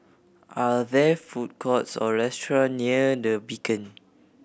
are there food courts or restaurant near The Beacon